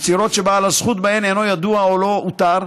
יצירות שבעל הזכות בהן אינו ידוע או לא אותר,